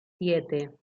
siete